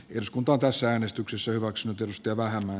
jos kunto tässä äänestyksessä hyväksytystä vähemmän